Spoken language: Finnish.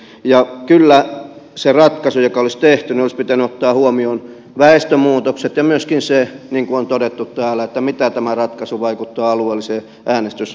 kyllä siinä ratkaisussa joka olisi tehty olisi pitänyt ottaa huomioon väestönmuutokset ja myöskin se niin kuin on todettu täällä miten tämä ratkaisu vaikuttaa alueelliseen äänestysaktiivisuuteen